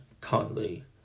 Conley